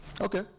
Okay